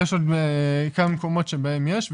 יש עוד כמה מקומות שבהם יש עבודה,